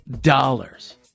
dollars